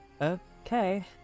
Okay